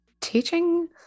teaching